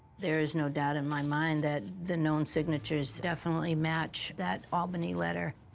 there is no doubt in my mind that the known signatures definitely match that albany letter